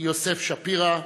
יוסף שפירא,